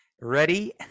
ready